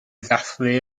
ddathlu